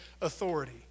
authority